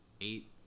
eight